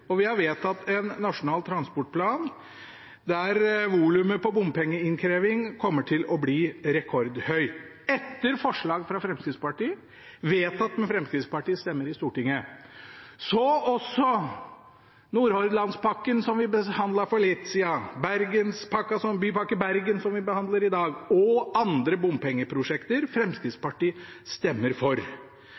og vi har vedtatt en nasjonal transportplan der volumet på bompengeinnkreving kommer til å bli rekordstort – etter forslag fra Fremskrittspartiet, vedtatt med Fremskrittspartiets stemmer i Stortinget. Så er også tilfellet for Nordhordlandspakken, som vi behandlet for litt siden, for Bypakke Bergen, som vi behandler i dag, og for andre bompengeprosjekter – Fremskrittspartiet stemmer for.